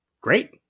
great